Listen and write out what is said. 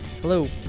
Hello